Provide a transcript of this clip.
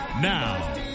Now